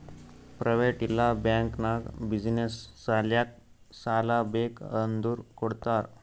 private ಇಲ್ಲಾ bank ನಾಗ್ business ಸಲ್ಯಾಕ್ ಸಾಲಾ ಬೇಕ್ ಅಂದುರ್ ಕೊಡ್ತಾರ್